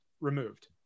removed